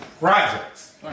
projects